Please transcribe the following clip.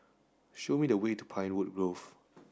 show me the way to Pinewood Grove